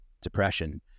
depression